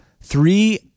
three